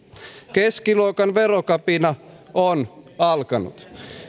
keskiluokan verokapina on alkanut